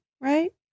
right